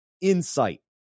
insight